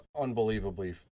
unbelievably